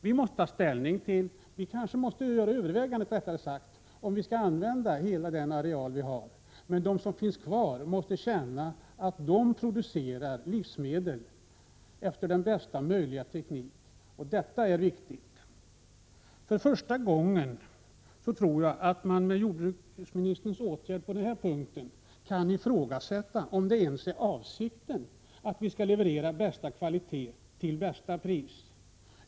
Vi måste kanske överväga om vi skall använda hela den areal vi har, men de bönder som finns kvar måste känna att de producerar livsmedel enligt bästa möjliga teknik —— Prot. 1986/87:109 detta är viktigt. 23 april 1987 Efter jordbruksministerns åtgärder på den här punkten tror jag att man för första gången kan ifrågasätta om det ens är avsikten att leverera bästa kvalitet till bästa pris.